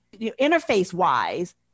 interface-wise